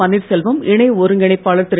பன்னீர்செல்வம் இணை ஒருங்கிணைப்பாளர் திரு